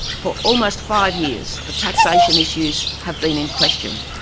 for almost five years, the taxation issues have been in question,